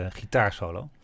gitaarsolo